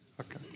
Okay